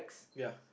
ya